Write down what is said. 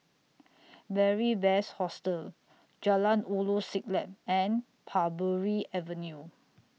Beary Best Hostel Jalan Ulu Siglap and Parbury Avenue